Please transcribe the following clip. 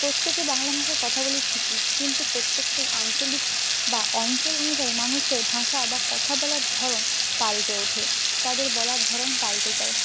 প্রত্যেকে বাংলা ভাষায় কথা বলি ঠিকই কিন্তু প্রত্যেকটা আঞ্চলিক বা অঞ্চল অনুযায়ী মানুষের ভাষা বা কথা বলার ধরন পাল্টে ওঠে তাদের বলার ধরন পাল্টে যায়